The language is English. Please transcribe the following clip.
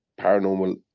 paranormal